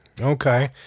Okay